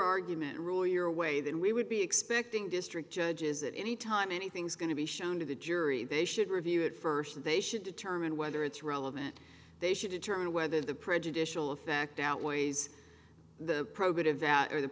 argument royer away then we would be expecting district judges that any time anything's going to be shown to the jury they should review it first and they should determine whether it's relevant they should determine whether the prejudicial effect outweighs the pro good of that or the